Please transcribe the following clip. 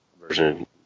version